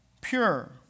pure